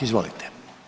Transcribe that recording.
Izvolite.